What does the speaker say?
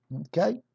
okay